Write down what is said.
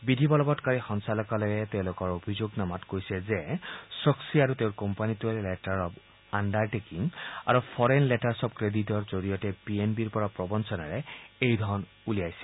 বিধি বলৱৎকাৰী সঞালকালয়ে তেওঁলোকৰ অভিযোগনামাখনত কৈছে যে ছক্পী আৰু তেওঁৰ কোম্পানীটোৱে লেটাৰ অব্ আণ্ডাৰ টেকিং আৰু ফৰেইন লেটাৰ্ছ অব্ ক্ৰেডিটৰ জৰিয়তে পি এন বিৰ পৰা প্ৰবঞ্চনাৰে এই ধন উলিয়াই লৈছিল